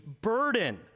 burden